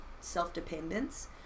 self-dependence